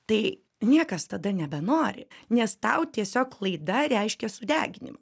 tai niekas tada nebenori nes tau tiesiog klaida reiškia sudeginim